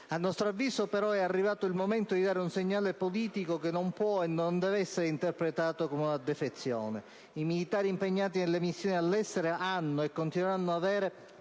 A nostro avviso, però, è arrivato il momento di dare un segnale politico che non può e non deve essere interpretato come una defezione: i militari impegnati nelle missioni all'estero hanno e continueranno ad avere